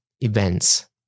events